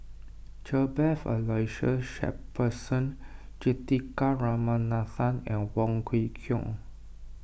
Cuthbert Aloysius Shepherdson Juthika Ramanathan and Wong Kwei Cheong